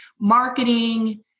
marketing